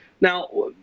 Now